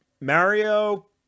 Mario